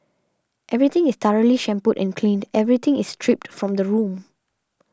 everything is thoroughly shampooed and cleaned everything is stripped from the room